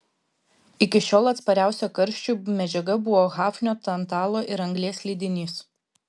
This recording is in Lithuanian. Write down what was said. iki šiol atspariausia karščiui medžiaga buvo hafnio tantalo ir anglies lydinys